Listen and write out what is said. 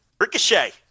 Ricochet